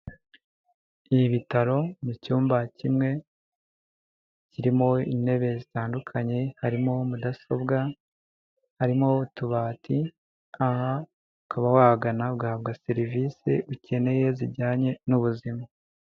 Ibi bitaro mu cyumba kimwe kirimo intebe zitandukanye, harimo mudasobwa, harimo utubati, aha ukaba wahagana ugahabwa serivisi ukeneye zijyanye n'ubuzima.